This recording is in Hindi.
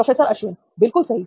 प्रोफेसर अश्विन बिल्कुल सही